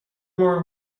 more